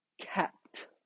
kept